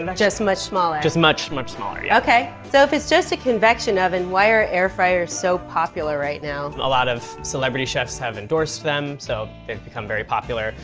and just much smaller. just much, much smaller, yeah. okay. so if it's just a convection oven, why are air fryers so popular right now? a lot of celebrity chefs have endorsed them, so they've become very popular.